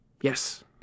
Yes